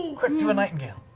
quick, do a nightingale.